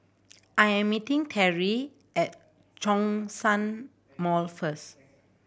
I am meeting Terrie at Zhongshan Mall first